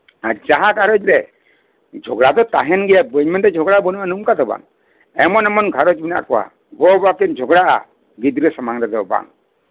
ᱟᱨ ᱡᱟᱦᱟᱸ ᱜᱷᱟᱸᱨᱚᱡᱽ ᱨᱮ ᱡᱷᱚᱜᱽᱲᱟ ᱫᱚ ᱛᱟᱦᱮᱱ ᱜᱮᱭᱟ ᱵᱟᱹᱧ ᱢᱮᱱ ᱮᱫᱟ ᱱᱚᱰᱮ ᱡᱷᱚᱜᱽᱲᱟ ᱵᱟᱹᱱᱩᱜᱼᱟ ᱱᱚᱝᱠᱟ ᱠᱟᱛᱷᱟ ᱫᱚ ᱵᱟᱝ ᱮᱢᱚᱱ ᱮᱢᱚᱱ ᱜᱷᱟᱸᱨᱚᱡᱽ ᱢᱮᱱᱟᱜᱼᱟ ᱜᱚᱼᱵᱟᱵᱟ ᱠᱤᱱ ᱡᱷᱚᱜᱽᱲᱟᱜᱼᱟ ᱜᱤᱫᱽᱨᱟᱹ ᱥᱟᱢᱟᱝ ᱨᱮᱫᱚ ᱵᱟᱝ